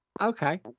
Okay